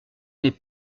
n’est